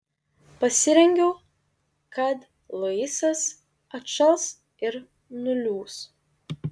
pasirengiau kad luisas atšals ir nuliūs